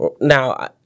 Now